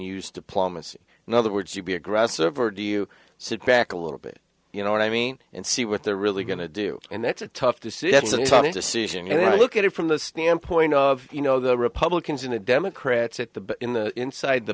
use diplomacy in other words to be aggressive or do you sit back a little bit you know what i mean and see what they're really going to do and that's a tough decisions and tony decision you know you look at it from the standpoint of you know the republicans in the democrats at the in the inside the